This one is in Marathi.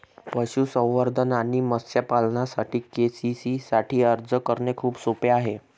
पशुसंवर्धन आणि मत्स्य पालनासाठी के.सी.सी साठी अर्ज करणे खूप सोपे आहे